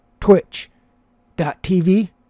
twitch.tv